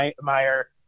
Meyer